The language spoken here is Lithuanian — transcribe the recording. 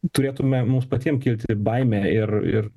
turėtume mums patiem kilti baimė ir ir